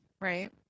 Right